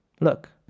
look